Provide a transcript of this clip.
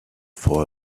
for